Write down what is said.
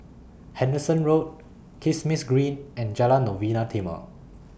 Henderson Road Kismis Green and Jalan Novena Timor